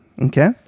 okay